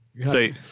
say